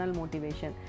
motivation